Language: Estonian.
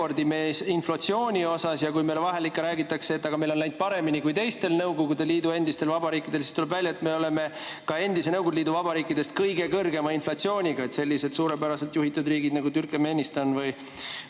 rekordimees inflatsioonis. Kui meil vahel ikka räägitakse, et meil on läinud paremini kui teistel Nõukogude Liidu endistel vabariikidel, siis tuleb välja, et me oleme ka endise Nõukogude Liidu vabariikide seas kõige kõrgema inflatsiooniga. Sellised suurepäraselt juhitud riigid nagu Türkmenistan või